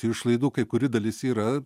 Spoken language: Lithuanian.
išlaidų kai kuri dalis yra